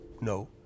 no